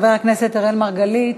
חבר הכנסת אראל מרגלית,